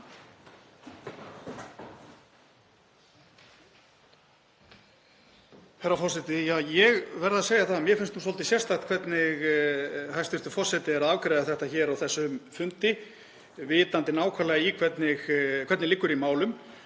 Herra forseti. Ég verð að segja að mér finnst svolítið sérstakt hvernig hæstv. forseti er að afgreiða þetta hér á þessum fundi, vitandi nákvæmlega hvernig liggur í málum.